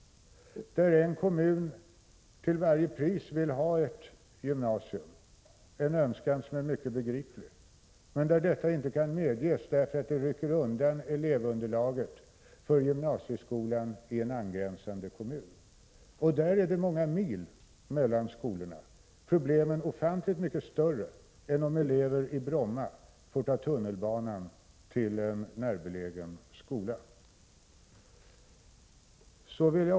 Vi ser många exempel på att en kommun till varje pris vill ha ett gymnasium — en önskan som är mycket begriplig — men att detta icke kan medges därför att elevunderlaget därmed skulle ryckas undan för gymnasieskolan i en angränsande kommun. I sådana fall är det ofta många mil mellan skolorna, och problemen för eleverna där är ofantligt mycket större än de är för elever i Bromma, om de får ta tunnelbanan till en närbelägen skola.